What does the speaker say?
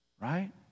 Right